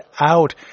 out